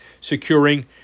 securing